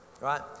Right